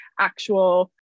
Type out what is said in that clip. actual